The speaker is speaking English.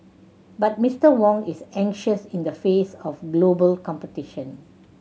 but Mister Wong is anxious in the face of global competition